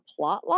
plotline